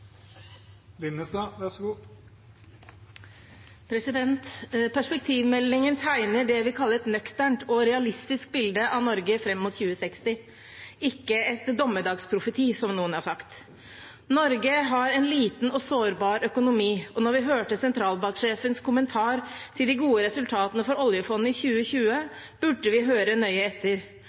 ikke en dommedagsprofeti, som noen har sagt. Norge har en liten og sårbar økonomi. Da vi hørte sentralbanksjefens kommentar til de gode resultatene for oljefondet i 2020, burde vi hørt nøye etter.